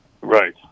right